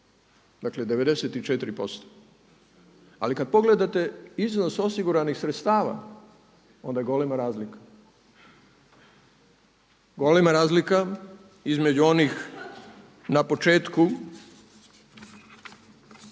dakle 94%. Ali kad pogledate iznos osiguranih sredstava onda je golema razlika, golema razlika između onih na početku